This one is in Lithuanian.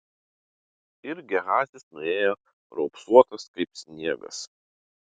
ir gehazis nuėjo raupsuotas kaip sniegas